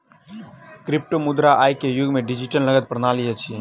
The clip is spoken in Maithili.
क्रिप्टोमुद्रा आई के युग के डिजिटल नकद प्रणाली अछि